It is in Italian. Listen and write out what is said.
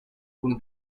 una